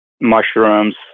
mushrooms